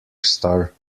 star